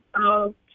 okay